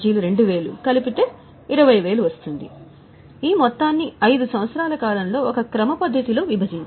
20000 వ్రాయబడుతుంది 5 సంవత్సరాల కాలం లో ఒక క్రమ పద్ధతిలో విభజించబడుతుంది